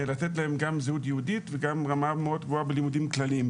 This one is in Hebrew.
ולתת להם גם זהות יהודית וגם רמה מאוד גבוהה בלימודים כלליים.